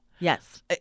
Yes